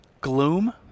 Gloom